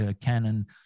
Canon